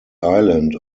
island